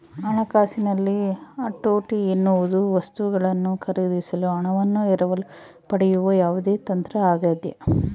ಹಣಕಾಸಿನಲ್ಲಿ ಹತೋಟಿ ಎನ್ನುವುದು ವಸ್ತುಗಳನ್ನು ಖರೀದಿಸಲು ಹಣವನ್ನು ಎರವಲು ಪಡೆಯುವ ಯಾವುದೇ ತಂತ್ರ ಆಗ್ಯದ